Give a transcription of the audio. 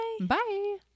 bye